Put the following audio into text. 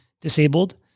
disabled